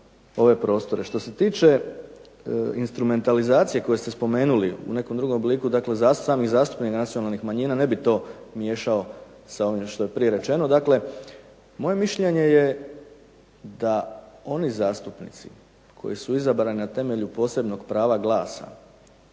ove prostore. Što se tiče instrumentalizacije koje ste spomenuli u nekom obliku, sami zastupnik nacionalnih manjina ne bi to miješao sa onim što je prije rečeno. Dakle, moje mišljenje je da oni zastupnici koji su izabrani na temelju posebnog prava glasa,